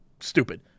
stupid